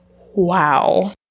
Wow